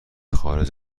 خارج